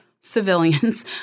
civilians